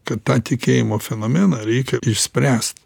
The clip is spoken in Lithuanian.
kad tą tikėjimo fenomeną reikia išspręst